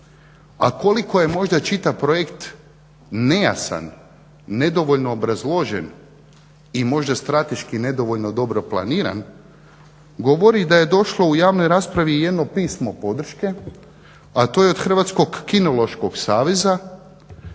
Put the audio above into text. A koliko je možda čitav projekt nejasan, nedovoljno obrazložen i možda strateški nedovoljno dobro planiran govori da je došlo u javnoj raspravi jedno pismo podrške a to je od Hrvatskog kinološkog saveza.